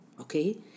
okay